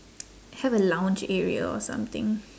have a lounge area or something